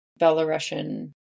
belarusian